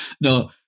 No